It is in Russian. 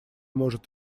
может